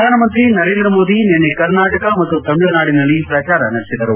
ಪ್ರಧಾನಮಂತ್ರಿ ನರೇಂದ್ರ ಮೋದಿ ನಿನ್ನೆ ಕರ್ನಾಟಕ ಮತ್ತು ತಮಿಳುನಾಡಿನಲ್ಲಿ ಪ್ರಚಾರ ನಡೆಸಿದರು